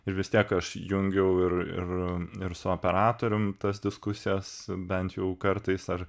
ir vis tiek aš jungiau ir ir ir su operatorium tas diskusijas bent jau kartais ar